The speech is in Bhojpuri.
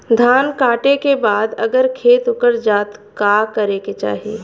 धान कांटेके बाद अगर खेत उकर जात का करे के चाही?